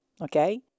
Okay